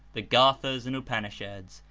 the gathas and upanishads,